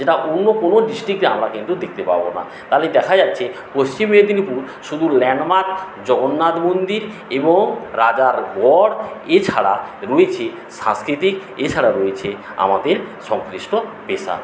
যেটা অন্য কোনো ডিস্ট্রিক্টে আমরা কিন্তু দেখতে পাব না তাহলে দেখা যাচ্ছে পশ্চিম মেদিনীপুর শুধু ল্যান্ডমার্ক জগন্নাথ মন্দির এবং রাজার গড় এছাড়া রয়েছে সাংস্কৃতিক এছাড়া রয়েছে আমাদের সংশ্লিষ্ট পেশা